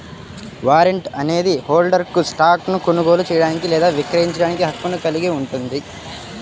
warrant అనేది హోల్డర్కు స్టాక్ను కొనుగోలు చేయడానికి లేదా విక్రయించడానికి హక్కును కలిగి ఉంటుంది